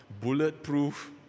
Bulletproof